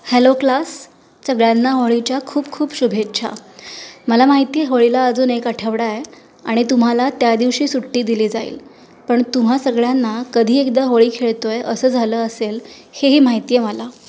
hello class सगळ्यांना होळीच्या खूप खूप शुभेच्छा मला माहिती आहे होळीला अजून एक आठवडा आहे आणि तुम्हाला त्यादिवशी सुट्टी दिली जाईल पण तुम्हा सगळ्यांना कधी एकदा होळी खेळतो आहे असं झालं असेल हे ही माहिती आहे मला